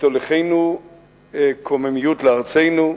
ותוליכנו קוממיות לארצנו.